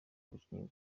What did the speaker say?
abakinnyi